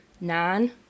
nine